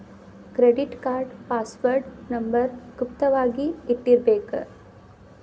credit card password number ಗುಪ್ತ ವಾಗಿ ಇಟ್ಟಿರ್ಬೇಕ